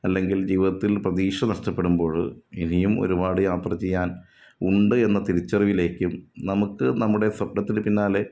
അല്ലെങ്കില് ജീവിതത്തില് പ്രതീക്ഷ നഷ്ടപ്പെടുമ്പോഴും ഇനിയും ഒരുപാട് യാത്ര ചെയ്യാന് ഉണ്ട് എന്ന തിരിച്ചറിവിലേക്കും നമുക്ക് നമ്മുടെ സ്വപ്നത്തിന് പിന്നാലെ